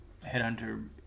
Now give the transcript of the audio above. Headhunter